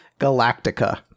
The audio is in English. Galactica